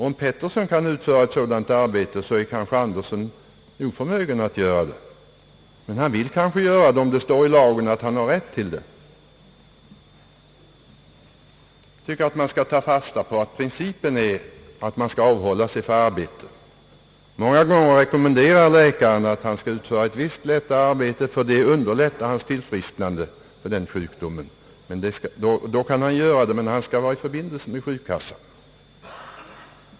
Om Pettersson kan utföra ett sådant arbete är kanske Andersson oförmögen att göra det. Men han vill kanske göra det, om det står i lagen att han har rätt därtill. Jag tycker att man skall ta fasta på att principen är att man skall avhålla sig från arbete. Många gånger rekommenderar läkaren att patienten skall utföra ett visst lättare arbete därför att det underlättar hans tillfrisknande från sjukdomen. Då kan han göra det, men han skall underrätta sjukkassan.